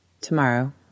Tomorrow